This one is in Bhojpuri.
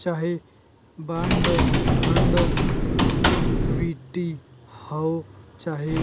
चाहे बान्ड फ़ंड इक्विटी हौ चाहे